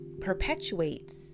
perpetuates